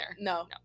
No